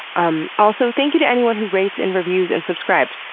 um also, thank you to anyone who rates, and reviews, and subscribes.